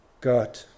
God